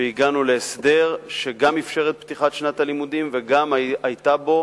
והגענו להסדר שגם אפשר את פתיחת שנת הלימודים וגם היתה בו